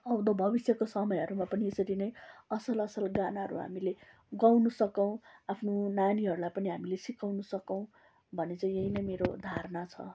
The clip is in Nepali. आउँदो भबिष्यको समयहरूमा पनि यसरी नै असल असल गानाहरू हामीले गाउनु सकौँ आफ्नो नानीहरूलाई पनि हामीले सिकाउनु सकौँ भन्ने चाहिँ यहीँ नै मेरो धारणा छ